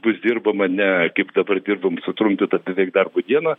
bus dirbama ne kaip dabar dirbam sutrumpintą beveik darbo dieną